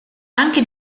anche